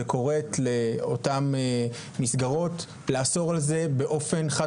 אמירה שקוראת לאותן מסגרות לאסור על זה באופן חד